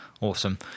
awesome